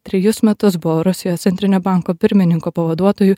trejus metus buvo rusijos centrinio banko pirmininko pavaduotoju